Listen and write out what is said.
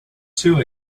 too